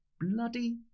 bloody